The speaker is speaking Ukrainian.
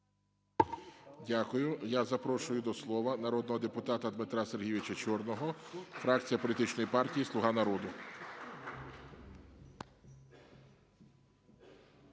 Дякую. Я запрошую до слова народного депутата Дмитра Сергійовича Чорного, фракція політичної партії "Слуга народу".